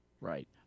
right